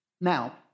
Now